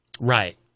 Right